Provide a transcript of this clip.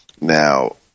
Now